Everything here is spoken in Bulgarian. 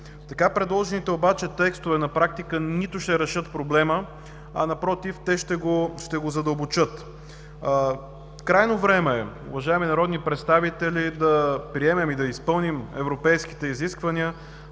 Така предложените обаче текстове на практика нито ще решат проблема, а напротив – ще го задълбочат. Крайно време е, уважаеми народни представители, да приемем и изпълним европейските изисквания